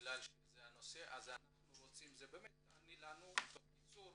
תעני לנו בקיצור,